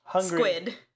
squid